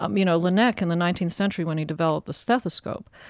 um you know, laennec, in the nineteenth century, when he developed the stethoscope,